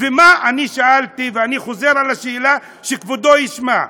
אני שאלתי ואני חוזר על השאלה, שכבודו ישמע,